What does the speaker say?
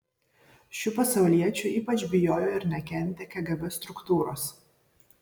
šių pasauliečių ypač bijojo ir nekentė kgb struktūros